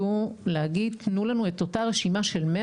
יהיו להגיד תנו לנו את אותה רשימה של 100